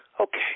okay